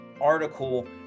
article